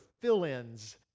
fill-ins